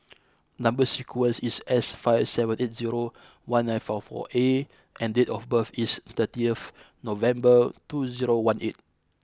number sequence is S five seven eight zero one nine four four A and date of birth is thirty F November two zero one eight